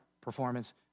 performance